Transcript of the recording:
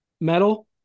metal